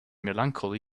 melancholy